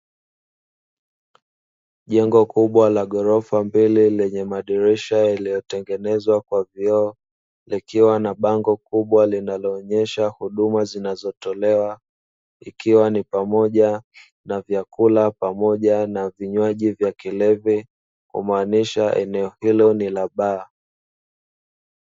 Jengo kubwa la ghorofa mbele, lenye madirisha yaliyotengenezwa kwa vioo, likiwa na bango kubwa linaloonyesha huduma zinazotolewa, ikiwa ni pamoja na vyakula pamoja na vinywaji vya kilevi, kumaanisha eneo hilo ni la baa.